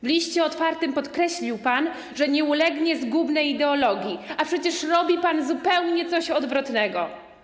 W liście otwartym podkreślił pan, że nie ulegnie zgubnej ideologii, a przecież robi pan coś zupełnie odwrotnego.